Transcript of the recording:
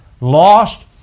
lost